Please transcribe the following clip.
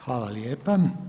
Hvala lijepa.